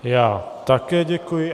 Já také děkuji.